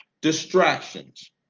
Distractions